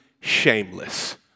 shameless